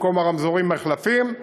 במקום הרמזורים מחלפים.